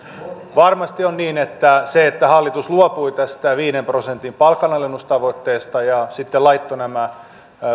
varmasti on niin että se että hallitus luopui tästä viiden prosentin palkanalennustavoitteesta ja sitten laittoi nämä